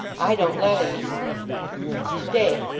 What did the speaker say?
i don't let any stay!